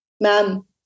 ma'am